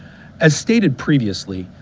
as stated previously,